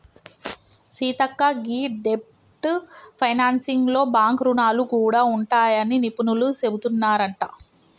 సీతక్క గీ డెబ్ట్ ఫైనాన్సింగ్ లో బాంక్ రుణాలు గూడా ఉంటాయని నిపుణులు సెబుతున్నారంట